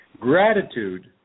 gratitude